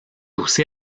aussi